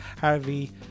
Harvey